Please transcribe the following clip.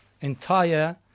entire